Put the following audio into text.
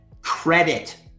Credit